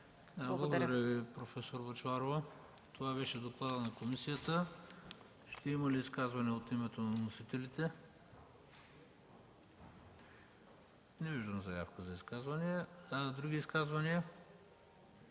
Благодаря Ви, проф. Бъчварова. Това беше докладът на комисията. Има ли изказвания от името на вносителите? Не виждам заявка за изказвания. Има ли други изказвания